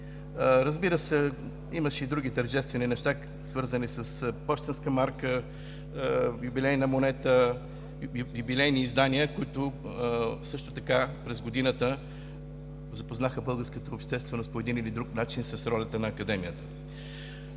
Разбира се, имаше и други тържествени неща, свързани с пощенската марка, юбилейната монета, юбилейните издания, които също така през годината запознаха българската общественост, по един или друг начин, с ролята на Академията.